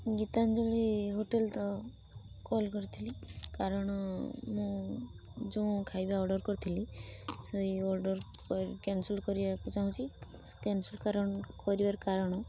Gitanjali hotel ତ call କରିଥିଲି କାରଣ ମୁଁ ଯେଉଁ ଖାଇବା ଅର୍ଡ଼ର କରିଥିଲି ସେଇ ଅର୍ଡ଼ର କ୍ୟାନସେଲ୍ କରିବାକୁ ଚାହୁଁଛି କ୍ୟାନସେଲ୍ କରି କରିବାର କାରଣ